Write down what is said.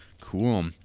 Cool